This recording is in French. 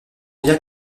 bien